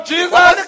Jesus